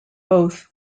both